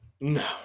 No